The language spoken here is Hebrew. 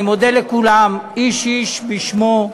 אני מודה לכולם, איש איש בשמו,